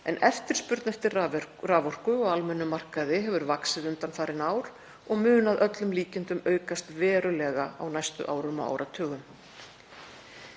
en eftirspurn eftir raforku á almennum markaði hefur vaxið undanfarin ár og mun að öllum líkindum aukast verulega á næstu árum og áratugum.